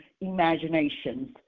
imaginations